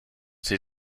sie